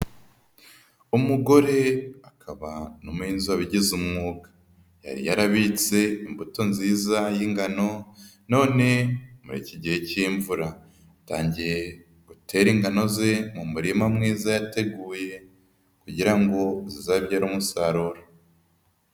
Umugore akaba n'umuhinzi wabigize umwuga, yarabitse imbuto nziza y'ingano, none muri iki gihe cy'imvura, atangiye gutere ingano ze mu murima mwiza yateguye kugira ngo uzabyare umusaruro.